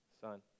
Son